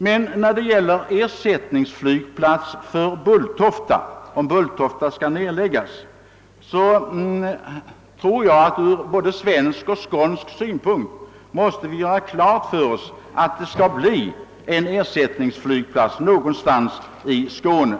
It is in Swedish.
Men när det gäller frågan om ersättningsflygplats i samband med en nedläggning av Bulltofta tror jag att vi både ur svensk och skånsk synpunkt måste göra klart för oss att en sådan måste komma till stånd någonstans i Skåne.